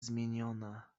zmieniona